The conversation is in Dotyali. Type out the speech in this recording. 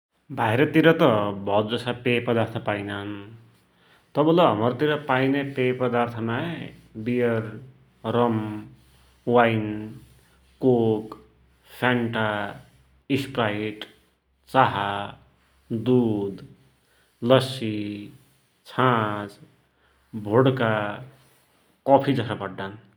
भाइरतिर त भौतजसा पेय पदार्थ पाइनान् । तरलै हमरा तिर पाइन्या पेय पदार्थमाई beer, rum, wine, Coke, Fanta, Sprite, चाहा, दुध, लस्सि, छाच, भोड्का, कफि जसा पड्डान् ।